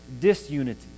disunity